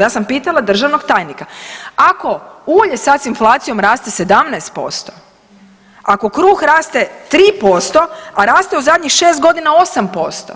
Ja sam pitala državnog tajnika, ako ulje sad s inflacijom raste sad 17%, ako kruh raste 3%, a raste u zadnjih 6 godina 8%